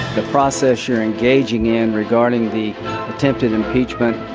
the process you're engaging in regarding the attempted impeachment.